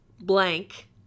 blank